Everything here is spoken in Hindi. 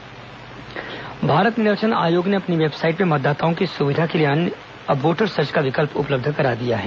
निर्वाचन आयोग वोटर सर्च भारत निर्वाचन अयोग ने अपनी वेबसाईट में मतदाताओं की सुविधा के लिए अब वोटर सर्च का विकल्प उपलब्ध करा दिया है